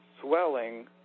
swelling